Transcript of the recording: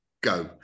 go